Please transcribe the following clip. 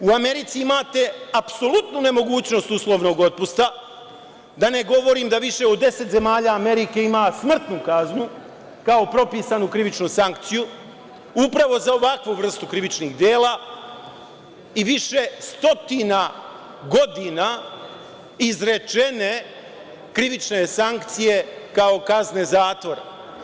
U Americi imate apsolutnu nemogućnost uslovnog otpusta, a da ne govorim da u više od deset zemalja Amerike ima smrtnu kaznu kao propisanu krivičnu sankciju upravo za ovakvu vrstu krivičnih dela i više stotina godina izrečene krivične sankcije kao kazne zatvora.